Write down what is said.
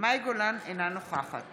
מאי גולן, אינה נוכחת